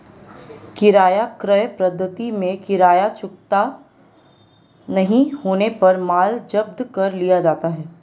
किराया क्रय पद्धति में किराया चुकता नहीं होने पर माल जब्त कर लिया जाता है